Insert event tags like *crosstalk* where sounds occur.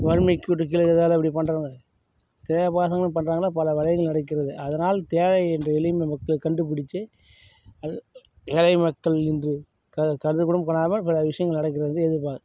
வறுமை கோட்டுக்கு கீழே இருக்கிறதால அப்படி பண்ணுறாங்க *unintelligible* பசங்களும் பண்ணுறாங்கன்னா பல வகைகள் நடக்கிறது அதனால் தேவை என்று வெளி *unintelligible* கண்டுபிடிச்சி அது ஏழை மக்கள் என்று க கருதக்கூட பண்ணாமல் பல விஷயங்கள் நடக்கிறது வந்து எதிர்பா